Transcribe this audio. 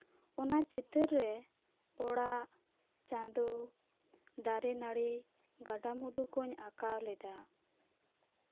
ᱚᱱᱟ ᱪᱤᱛᱟᱹᱨ ᱨᱮ ᱚᱲᱟᱜ ᱪᱟᱸᱫᱳ ᱫᱟᱨᱮᱼᱱᱟᱹᱲᱤ ᱜᱟᱰᱟᱼᱢᱩᱰᱩ ᱠᱚᱧ ᱟᱸᱠᱟᱣ ᱞᱮᱫᱟ